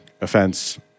offense